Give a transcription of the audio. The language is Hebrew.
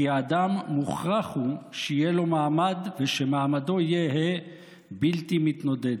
כי "האדם מוכרח הוא שיהיה לו מעמד ושמעמדו יהא בלתי מתנודד".